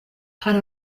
hari